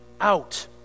out